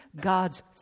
God's